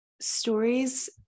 Stories